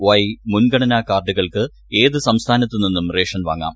Y മുൻഗണന കാർഡുകൾക്ക് ഏത് സംസ്ഥാനത്തു നിന്നും റേഷൻ വാങ്ങാം